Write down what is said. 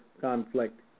conflict